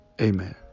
Amen